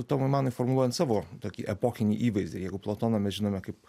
tomui manui formuojant savo tokį epochinį įvaizdį jeigu platoną mes žinome kaip